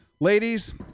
Ladies